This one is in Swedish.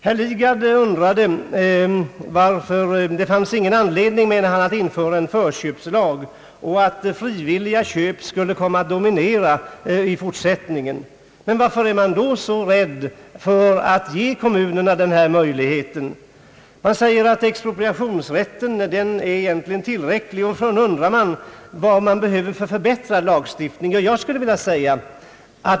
Herr Lidgard ansåg att det inte fanns någon anledning att införa en förköpslag, eftersom frivilliga köp skulle komma att dominera i fortsättningen. Varför är man då så rädd för att ge kommunerna denna möjlighet? Man säger att expropriationsrätten är tillräcklig, och sedan undrar man vad som behöver göras för att förbättra lagstiftningen.